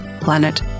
planet